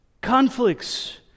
conflicts